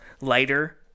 lighter